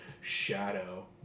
Shadow